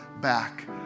back